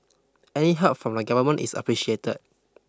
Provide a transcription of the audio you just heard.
any help from the Government is appreciated